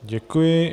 Děkuji.